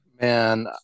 Man